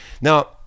Now